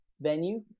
venue